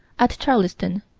at charleston,